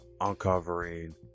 uncovering